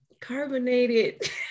Carbonated